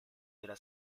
della